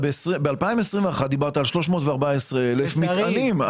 ב-2021 דיברת על 314,000 מטענים,